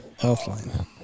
Healthline